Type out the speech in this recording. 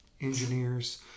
engineers